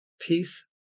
peace